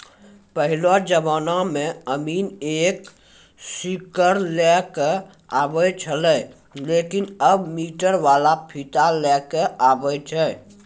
पहेलो जमाना मॅ अमीन एक सीकड़ लै क आबै छेलै लेकिन आबॅ मीटर वाला फीता लै कॅ आबै छै